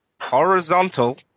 horizontal